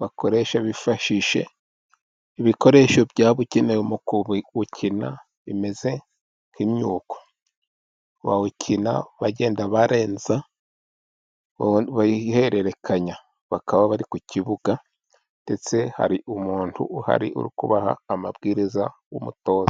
bakoresha bifashisha ibikoresho byabugenewe mukuwukina bimeze nk'imyuko. Bawukina bagenda barenza, bayihererekanya, bakaba bari ku kibuga, ndetse hari umuntu uhari kubaha amabwiriza w'umutoza.